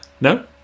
No